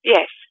Yes